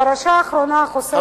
הפרשה האחרונה, החושפת,